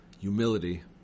humility